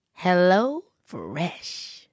HelloFresh